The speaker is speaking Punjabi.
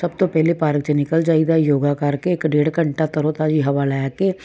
ਸਭ ਤੋਂ ਪਹਿਲੇ ਪਾਰਕ ਚੇ ਨਿਕਲ ਜਾਈਦਾ ਯੋਗਾ ਕਰਕੇ ਇੱਕ ਡੇਢ ਘੰਟਾ ਤਰੋ ਤਾਜੀ ਹਵਾ ਲੈ ਕੇ